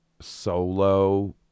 Solo